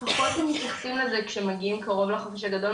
פחות הם מתייחסים לזה כשמגיעים קרוב לחופש הגדול,